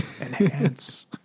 Enhance